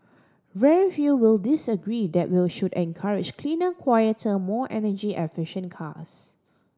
very few will disagree that will should encourage cleaner quieter more energy efficient cars